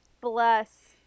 bless